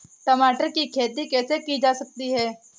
टमाटर की खेती कैसे की जा सकती है?